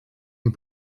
een